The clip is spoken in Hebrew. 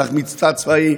צריך מבצע צבאי,